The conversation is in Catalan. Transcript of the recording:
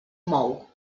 mou